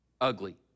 ugly